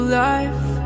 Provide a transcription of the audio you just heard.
life